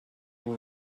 vous